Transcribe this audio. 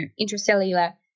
intracellular